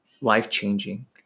life-changing